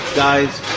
guys